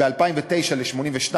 ב-2009, ל-82 ימים,